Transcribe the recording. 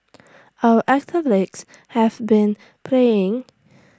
our athletes have been playing